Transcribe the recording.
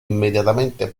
immediatamente